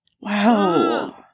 Wow